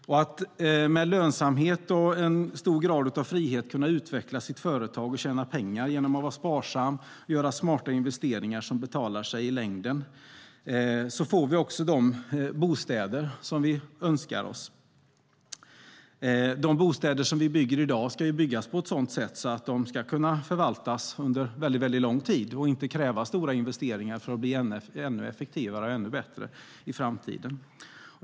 Genom att med lönsamhet och en stor grad av frihet kunna utveckla sitt företag och tjäna pengar och genom att vara sparsam och göra smarta investeringar som betalar sig i längden får vi också de bostäder som vi önskar oss. De bostäder vi bygger i dag ska byggas på ett sådant sätt att de ska kunna förvaltas under väldigt lång tid och inte kräva stora investeringar för att bli ännu effektivare och bättre i framtiden.